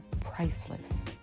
priceless